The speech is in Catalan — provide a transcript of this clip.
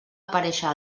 aparèixer